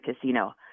casino